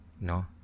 No